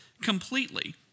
completely